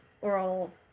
oral